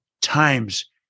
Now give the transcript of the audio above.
times